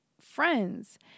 friends